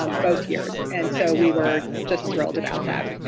um both years and so we were just thrilled about that.